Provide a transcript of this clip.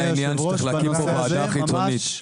צריך להקים כאן ועדה חיצונית.